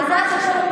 בעזרת השם.